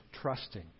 trusting